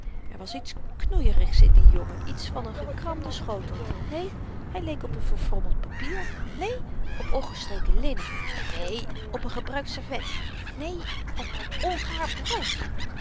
er was iets knoeierigs in dien jongen iets van een gekramden schotel neen hy leek op n verfrommeld papier neen op ongestreken linnen neen op n gebruikt servet neen op ongaar brood